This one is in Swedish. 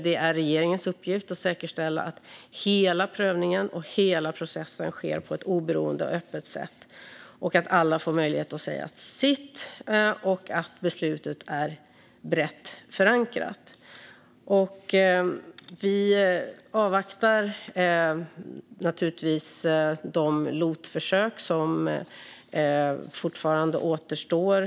Det är regeringens uppgift att säkerställa att hela prövningen och hela processen sker på ett oberoende och öppet sätt, att alla får möjlighet att säga sitt och att beslutet är brett förankrat. Vi avvaktar naturligtvis de LOT-försök som fortfarande återstår.